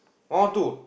one one two